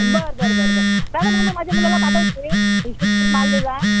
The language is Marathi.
बरं बरं बरं बरं मॅडम मग मी माझ्या मुलाला पाठवते हिशेबशीर माल देजा